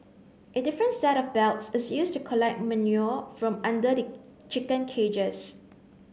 a different set of belts is used to collect manure from under the chicken cages